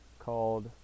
called